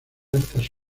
estas